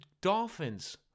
Dolphins